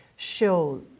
show